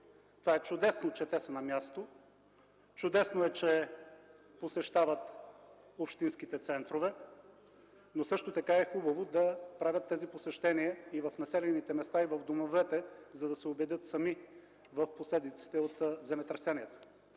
Чудесно е, че те са на място. Чудесно е, че посещават общинските центрове, но също така е хубаво да правят тези посещения и в населените места, и в домовете, за да се убедят сами в последиците от земетресението.